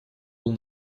был